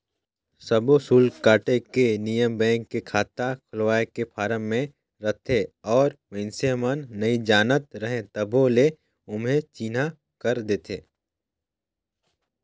सब्बो सुल्क काटे के नियम बेंक के खाता खोलवाए के फारम मे रहथे और मइसने मन नइ जानत रहें तभो ले ओम्हे चिन्हा कर देथे